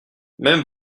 même